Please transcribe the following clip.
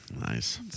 Nice